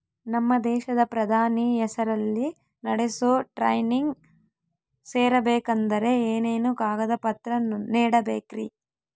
ನಮ್ಮ ದೇಶದ ಪ್ರಧಾನಿ ಹೆಸರಲ್ಲಿ ನಡೆಸೋ ಟ್ರೈನಿಂಗ್ ಸೇರಬೇಕಂದರೆ ಏನೇನು ಕಾಗದ ಪತ್ರ ನೇಡಬೇಕ್ರಿ?